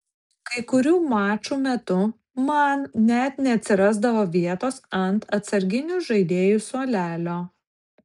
kai kurių mačų metu man net neatsirasdavo vietos ant atsarginių žaidėjų suolelio